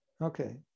Okay